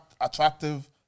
attractive